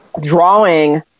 drawing